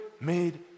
made